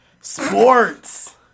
Sports